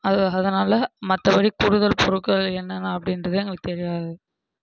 அது அதனால் மற்றபடி கூடுதல் பொருட்கள் என்னென்ன அப்படின்றது எங்களுக்கு தெரியாது